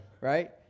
Right